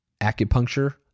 acupuncture